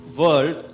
world